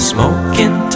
Smoking